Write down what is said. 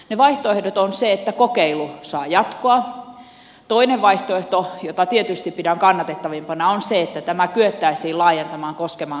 ne vaihtoehdot ovat että kokeilu saa jatkoa ja toinen vaihtoehto jota tietysti pidän kannatettavimpana on se että tämä kyettäisiin laajentamaan koskemaan koko ammattikorkeakoulujärjestelmää